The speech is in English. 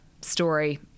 story